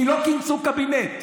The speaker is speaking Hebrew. כי לא כינסו קבינט.